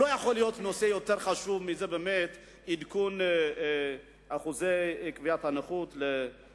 לא יכול להיות נושא יותר חשוב מזה של עדכון קביעת אחוזי הנכות לנכים.